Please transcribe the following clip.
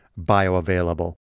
bioavailable